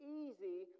easy